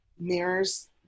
mirrors